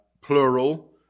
plural